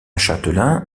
châtelain